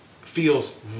feels